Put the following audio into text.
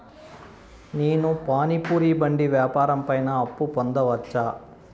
నేను పానీ పూరి బండి వ్యాపారం పైన అప్పు పొందవచ్చా?